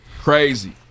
Crazy